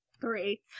Three